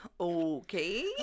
Okay